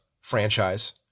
franchise